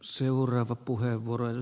arvoisa puhemies